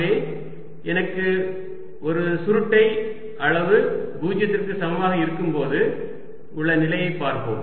ஆகவே எனக்கு ஒரு சுருட்டை அளவு 0 க்கு சமமாக இருக்கும் போது உள்ள நிலையை பார்ப்போம்